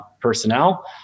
personnel